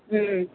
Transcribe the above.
ꯎꯝ